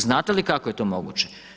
Znate li kako je to moguće?